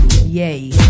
Yay